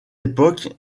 époque